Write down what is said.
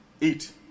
Eat